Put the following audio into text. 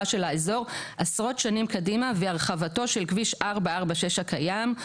של האזור עשרות שנים קדימה והרחבתו של כביש 446 הקיים,